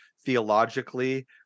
theologically